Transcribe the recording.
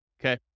Okay